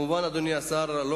אדוני השר,